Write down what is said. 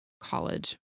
college